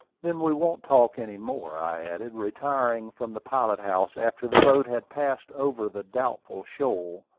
then we won't talk any more, i added, retiring from the pilot-house after the boat had passed over the doubtful shoal,